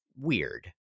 weird